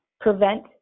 prevent